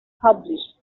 published